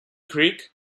creek